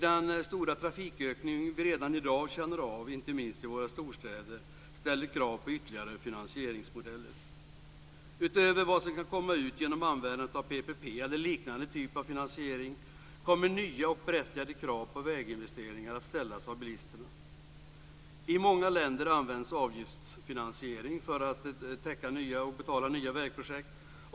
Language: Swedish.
Den stora trafikökning som vi redan i dag känner av, inte minst i våra storstäder, ställer krav på ytterligare finansieringsmodeller. Utöver vad som kan komma ut genom användandet av PPP eller liknande typ av finansiering kommer nya och berättigade krav på väginvesteringar att ställas av bilisterna. I många länder används avgiftsfinansiering för att betala nya vägprojekt.